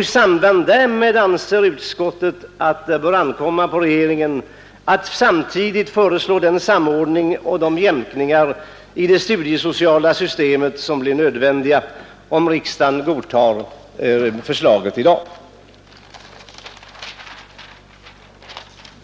I samband därmed anser utskottet att det bör ankomma på regeringen att samtidigt föreslå den samordning och de jämkningar i det studiesociala systemet som blir nödvändiga, om riksdagen godtar förslaget i dag.